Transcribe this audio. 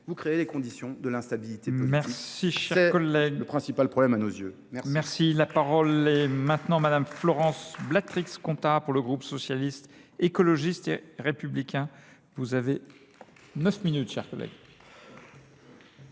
vous créez les conditions de l'instabilité politique. C'est le principal problème à nos yeux. Merci. La parole est maintenant Madame Florence Blatrix-Contat pour le groupe socialiste écologiste et républicain. Vous avez neuf minutes, chers collègues.